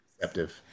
deceptive